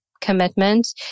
commitment